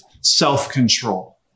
self-control